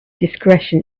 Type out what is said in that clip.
discretion